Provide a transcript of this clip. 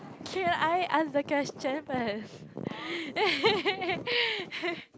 can I ask the question first